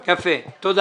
תודה.